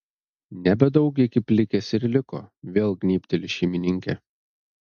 nebedaug iki plikės ir liko vėl gnybteli šeimininkė